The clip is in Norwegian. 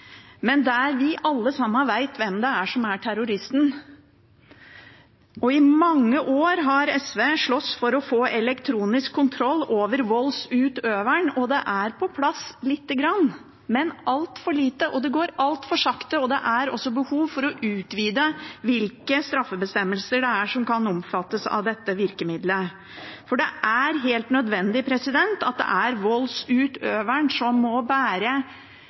men altfor lite, og det går altfor sakte. Det er også behov for å utvide hvilke straffebestemmelser som kan omfattes av dette virkemiddelet. Det er helt nødvendig at det er voldsutøveren som må bære